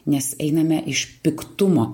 nes einame iš piktumo